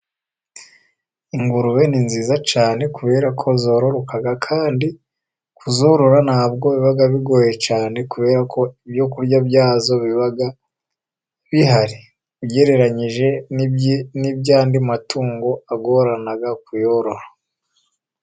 Ingurube ni nziza cyane, kubera ko zororoka, kandi kuzorora ntabwo biba bigoye cyane, kubera ko ibyo kurya byazo biba bihari, ugereranyije n'iby'andi matungo agorana kuyora.